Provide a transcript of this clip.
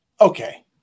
Okay